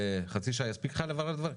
חצי שעה תספיק לך לברר את הדברים?